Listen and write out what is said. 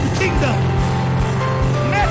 kingdom